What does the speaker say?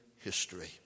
history